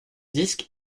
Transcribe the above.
disque